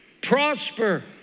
Prosper